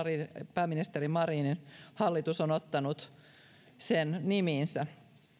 pääministeri marinin hallitus on ottanut sen nimiinsä